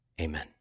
Amen